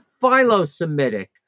philo-Semitic